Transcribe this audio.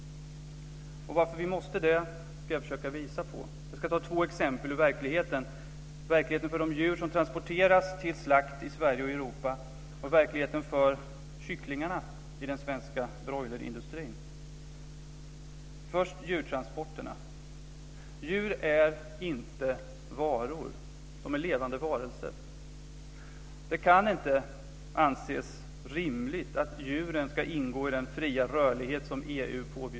Varför vi måste göra det ska jag försöka visa på. Jag ska ta två exempel ur verkligheten: Verkligheten för de djur som transporteras till slakt i Sverige och i övriga Europa och verkligheten för kycklingarna i den svenska broilerindustrin. Först djurtransporterna: Djur är inte varor. De är levande varelser. Det kan inte anses rimligt att djuren ska ingå i den fria rörlighet som EU påbjuder.